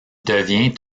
devient